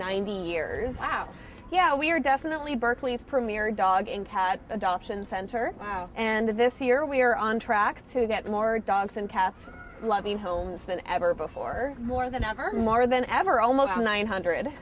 ninety years yeah we're definitely berkeley's premier dog and cat adoption center and this year we are on track to get more dogs and cats loving homes than ever before more than ever more than ever almost nine hundred